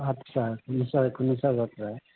আচ্ছা ঘূনুচা ঘূনুচা যাত্ৰা